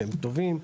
שהם טובים,